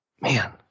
Man